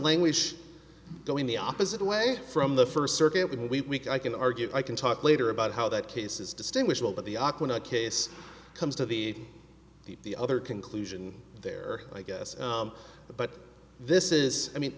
language going the opposite away from the first circuit when we i can argue i can talk later about how that case is distinguishable but the aquanaut case comes to be the other conclusion there i guess but this is i mean